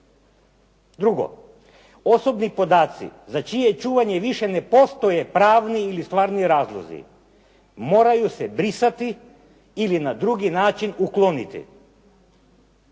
Drugo, osobni podaci za čije čuvanje više ne postoje pravni ili stvarni razlozi moraju se brisati ili na drugi način ukloniti.